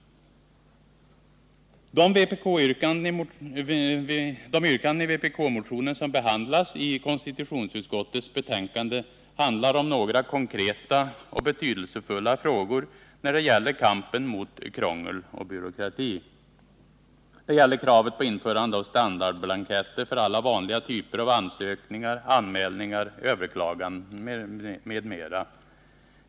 De yrkanden i vpk-motionen som behandlas i konstitutionsutskottets betänkande handlar om några konkreta och betydelsefulla frågor när det gäller kampen mot krångel och byråkrati. Det gäller kravet på införande av standardblanketter för alla vanliga typer av ansökningar, anmälningar, överklaganden m.m.